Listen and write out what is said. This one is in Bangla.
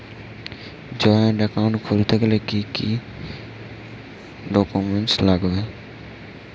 জয়েন্ট একাউন্ট খুলতে কি কি ডকুমেন্টস লাগবে?